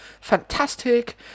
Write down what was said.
fantastic